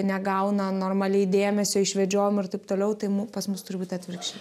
negauna normaliai dėmesio išvedžiojimų ir taip toliau tai pas mus turi būti atvirkščiai